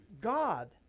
God